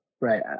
Right